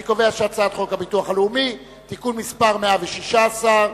אני קובע שחוק הביטוח הלאומי (תיקון מס' 116),